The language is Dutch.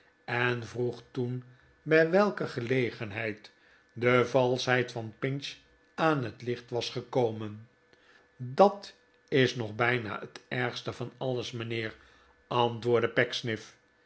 en vroeg toen bij welke gelegenheid de valschheid van pinch aan het licht was gekomen dat is nog bijna het ergste van alles mijnheer antwoordde